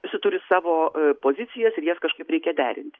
visi turi savo pozicijas ir jas kažkaip reikia derint